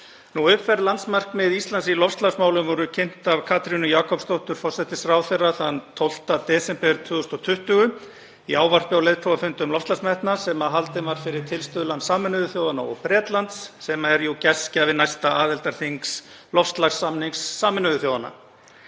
Uppfærð landsmarkmið Íslands í loftslagsmálum voru kynnt af Katrínu Jakobsdóttur forsætisráðherra þann 12. desember 2020 í ávarpi á leiðtogafundi um loftslagsmetnað sem haldinn var fyrir tilstuðlan Sameinuðu þjóðanna og Bretlands, sem er gestgjafi næsta aðildarþings loftslagssamnings Sameinuðu þjóðanna.